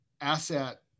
asset